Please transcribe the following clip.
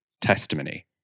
testimony